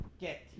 Get